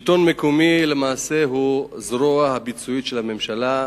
השלטון המקומי הוא למעשה הזרוע הביצועית של הממשלה,